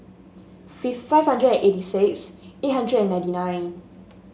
five hundred eighty six eight hundred ninety nine